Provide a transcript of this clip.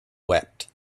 wept